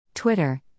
Twitter